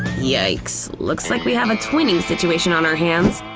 yikes! looks like we have a twinning situation on our hands!